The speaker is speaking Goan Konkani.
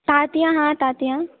तांतयां हा तांतयां